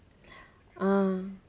ah